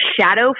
shadow